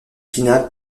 finale